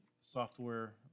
software